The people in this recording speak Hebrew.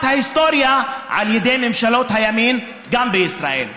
ההיסטוריה על ידי ממשלות הימין גם בישראל.